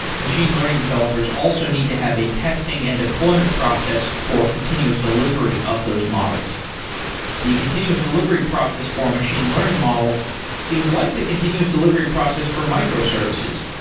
machine learning developers also need to have a testing and deployment process for continuous delivery of those models the continuous delivery process for machine learning models is like the continuous delivery process for microservices,